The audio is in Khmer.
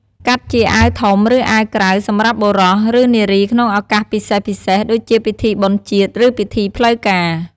កាត់ជាអាវធំ ឬអាវក្រៅ សម្រាប់បុរស ឬនារីក្នុងឱកាសពិសេសៗដូចជាពិធីបុណ្យជាតិ ឬពិធីផ្លូវការ។